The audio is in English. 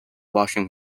washing